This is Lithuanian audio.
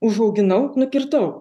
užauginau nukirtau